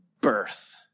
birth